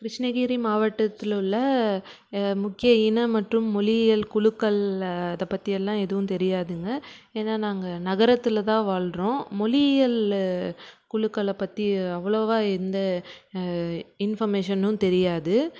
கிருஷ்ணகிரி மாவட்டத்தில் உள்ள முக்கிய இனம் மற்றும் மொழியியல் குழுக்களில் அதை பற்றியெல்லாம் எதுவும் தெரியாதுங்க ஏன்னா நாங்கள் நகரத்துல தான் வாழ்றோம் மொழியியல் குழுக்களை பற்றி அவ்ளோவாக எந்த இன்ஃபர்மேஷனும் தெரியாது